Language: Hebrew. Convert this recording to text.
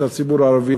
את הציבור הערבי,